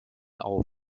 auf